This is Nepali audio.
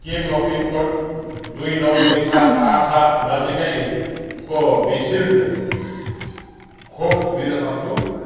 के म पिन कोड दुई नौ दुई सात आठ सात नजिकको कोभिसिल्ड खोप लिन सक्छु